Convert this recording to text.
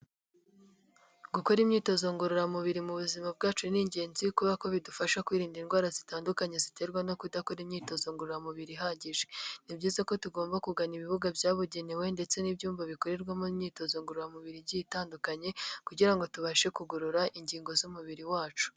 Gukora imyitozo ngororamubiri mu buzima bwacu ni ingenzi kubera ko bidufasha kwirinda indwara zitandukanye ziterwa no kudakora imyitozo ngororamubiri ihagije. Ni byiza ko tugomba kugana ibibuga byabugenewe ndetse n'ibyumba bikorerwamo imyitozo ngororamubiri igi itandukanye, kugira ngo tubashe kugorora ingingo z'umubiri wacu.